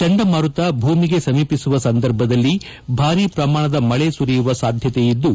ಚಂಡಮಾರುತ ಭೂಮಿಗೆ ಸಮೀಪಿಸುವ ಸಂದರ್ಭದಲ್ಲಿ ಭಾರೀ ಪ್ರಮಾಣದ ಮಳೆ ಸುರಿಯುವ ಸಾಧ್ಯತೆಯಿದ್ದು